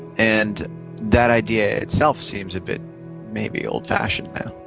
and that idea itself seems a bit maybe old-fashioned now.